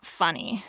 funny